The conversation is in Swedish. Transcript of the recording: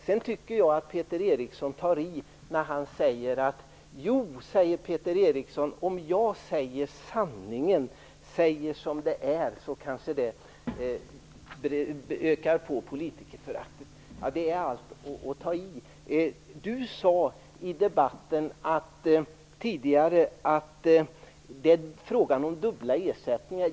Jag tycker att Peter Eriksson tar i när han säger: Om jag säger sanningen och säger som det är kanske det ökar på politikerföraktet. Det är allt att ta i. Peter Eriksson sade tidigare i debatten att det är fråga om dubbla ersättningar.